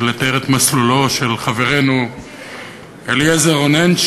לתאר את מסלולו של חברנו אליעזר רונן,